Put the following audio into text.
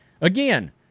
Again